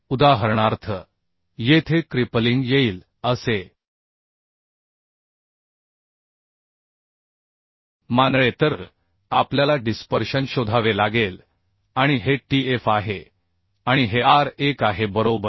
उदाहरणार्थ येथे क्रिपलिंग येईल असे मानले तर आपल्याला डिस्पर्शन शोधावे लागेल आणि हे Tf आहे आणि हे r1 आहे बरोबर